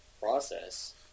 process